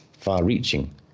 far-reaching